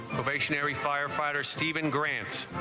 firefighter stephen grants